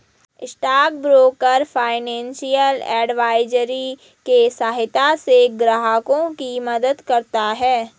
stock broker financial advisory के सहायता से ग्राहकों की मदद करता है